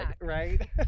right